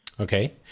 Okay